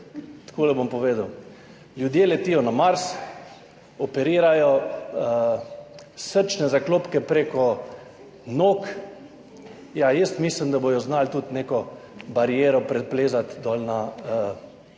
takole bom povedal. Ljudje letijo na Mars, operirajo srčne zaklopke preko nog, ja, jaz mislim, da bodo znali tudi neko bariero preplezati dol na naši